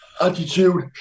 Attitude